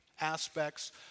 aspects